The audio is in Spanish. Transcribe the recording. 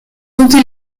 útil